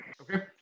okay